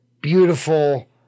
beautiful